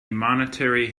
monetary